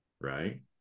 right